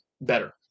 better